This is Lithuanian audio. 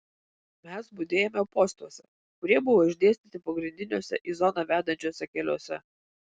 mes budėjome postuose kurie buvo išdėstyti pagrindiniuose į zoną vedančiuose keliuose